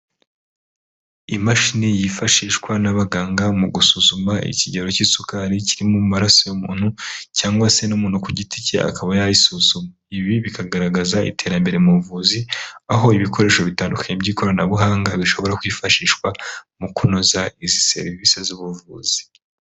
Imashini yifashishwa n'abaganga mu gusuzuma ikigero cy'isukari kiri mu maraso y'umuntu cyangwa se n'umuntu ku giti cye akaba yayisuzuma, ibi bikagaragaza iterambere mu buvuzi aho ibikoresho bitandukanye by'ikoranabuhanga bishobora kwifashishwa mu kunoza izi serivisi z'ubuvuzi.